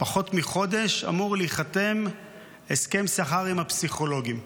פחות מחודש, אמור להיחתם הסכם שכר עם הפסיכולוגים.